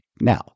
now